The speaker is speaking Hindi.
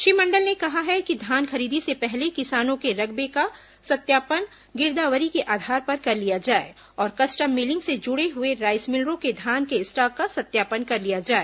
श्री मण्डल ने कहा है कि धान खरीदी से पहले किसानों के रकबे का सत्यापन गिरदावरी के आधार पर कर लिया जाए और कस्टम मिलिंग से जुड़े हए राईस मिलरों के धान के स्टाक का सत्यापन कर लिया जाए